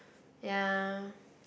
ya